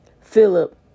Philip